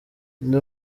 ndi